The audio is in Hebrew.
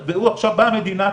בחשבון.